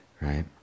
right